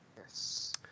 Yes